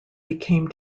became